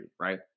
right